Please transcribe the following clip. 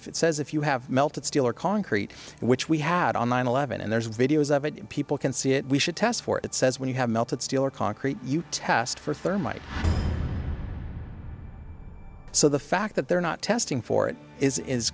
if it says if you have melted steel or concrete which we had on nine eleven and there's videos of it people can see it we should test for it says when you have melted steel or concrete you test for thermite so the fact that they're not testing for it is